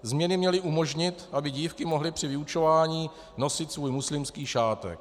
Změny měly umožnit, aby dívky mohly při vyučování nosit svůj muslimský šátek.